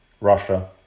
Russia